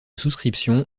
souscription